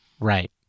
Right